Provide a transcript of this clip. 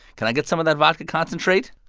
can i get some of that vodka concentrate?